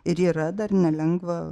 ir yra dar nelengva